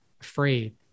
afraid